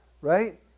right